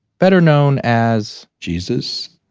better known as, jesus.